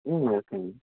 ம் ஓகேங்க